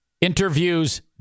interviews